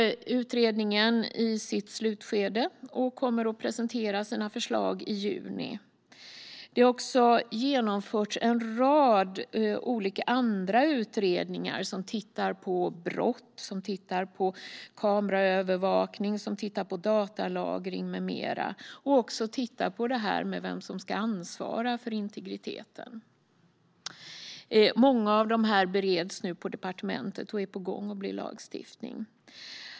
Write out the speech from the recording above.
Nu är utredningen i sitt slutskede och kommer att presentera sina förslag i juni. Det har också genomförts en rad andra olika utredningar. De ser över brott, kameraövervakning, datalagring med mera. De ser också över detta med vem som ska ansvara för integriteten. Många av dessa utredningar bereds nu på departementet och är på gång för att bli lagstiftning.